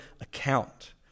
account